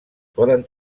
poden